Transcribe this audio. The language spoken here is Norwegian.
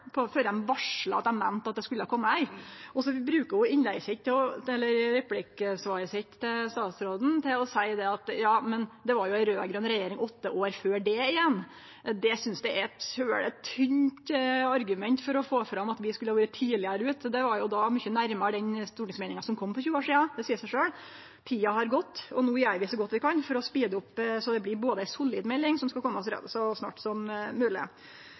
dei varsla at det skulle kome ei melding, og så seier ho i replikksvaret til statsråden at det var ei rød-grøn regjering åtte år før det igjen. Det synest eg er eit svært tynt argument for å få fram at vi skulle ha vore tidlegare ute. Det var òg mykje nærmare den stortingsmeldinga som kom for 20 år sidan, det seier seg sjølv. Tida har gått, og no gjer vi så godt vi kan for å speede opp, så det blir ei solid melding som skal kome så snart som